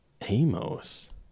Amos